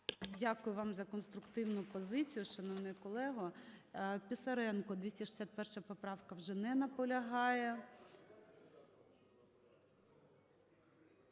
Дякую вам за конструктивну позицію, шановний колего. Писаренко, 261 поправка. Вже не наполягає.